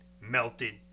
melted